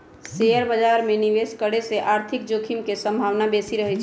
share बाजार में निवेश करे से आर्थिक जोखिम के संभावना बेशि रहइ छै